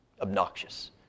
obnoxious